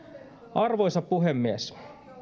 arvoisa puhemies